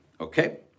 Okay